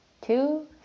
two